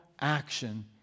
action